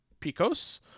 Picos